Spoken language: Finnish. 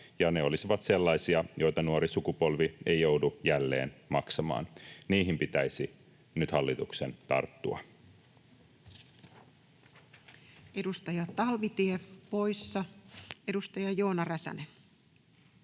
ne olisivat sellaisia, joita nuori sukupolvi ei joudu jälleen maksamaan. Niihin pitäisi nyt hallituksen tarttua. Edustaja Talvitie poissa. — Edustaja Joona Räsänen.